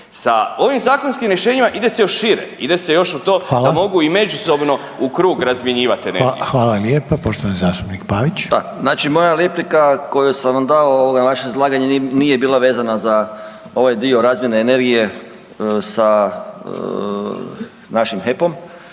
Sa ovim zakonskim rješenjima ide se još šire, ide se još to da mogu i međusobno u krug razmjenjivati energiju. **Reiner, Željko (HDZ)** Hvala lijepo. Poštovani zastupnik Pavić. **Pavić, Željko (SDP)** Znači moja replika koju sam vam dao na vaše izlaganje nije bila vezana za ovaj dio razmjene energije sa našim HEP-om